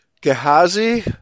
Gehazi